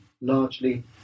largely